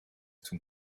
too